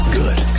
good